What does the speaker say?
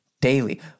daily